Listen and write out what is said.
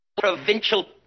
Provincial